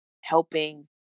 helping